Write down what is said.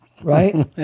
right